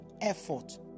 effort